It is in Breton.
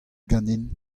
ganin